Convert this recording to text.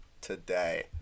today